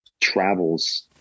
travels